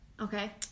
Okay